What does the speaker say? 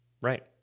Right